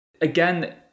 Again